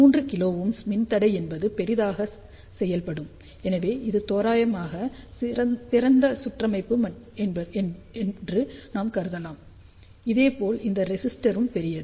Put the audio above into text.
3 kΩ மின்தடை என்பது பெரியதாக செயல்படும் எனவே இது தோராயமாக திறந்த சுற்றமைப்பு என்று நாம் கருதலாம் இதேபோல் இந்த ரெசிஸ்டரும் பெரியது